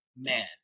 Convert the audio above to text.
man